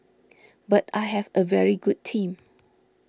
but I have a very good team